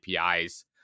APIs